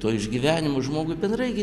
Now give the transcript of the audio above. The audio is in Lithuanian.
to išgyvenimo žmogui bendrai gi